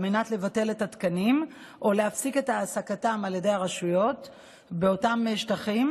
על מנת לבטל את התקנים או להפסיק את העסקתם על ידי הרשויות באותם שטחים,